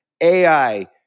AI